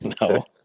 No